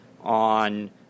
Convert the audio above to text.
on